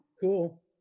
Cool